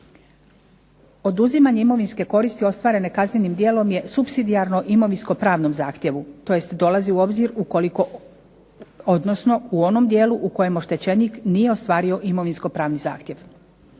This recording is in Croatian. Oduzimanje imovinske koristi ostvarene kaznenim djelom je supsidijarno imovinsko pravnom zahtjevu, tj. dolazi u obzir ukoliko odnosno u onom dijelu u kojem oštećenik nije ostvario imovinsko pravni zahtjev.